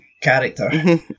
character